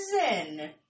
Zen